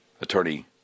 Attorney